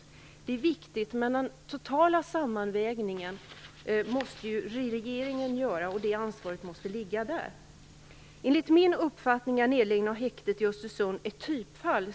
Detta är viktigt, men ansvaret för den totala sammanvägningen måste ju ligga hos regeringen. Enligt min uppfattning är nedläggningen av häktet i Östersund ett typfall.